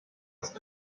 ist